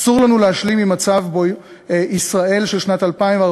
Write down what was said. אסור לנו להשלים עם מצב שבו בישראל של שנת 2014